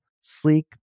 sleek